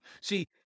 See